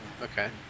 Okay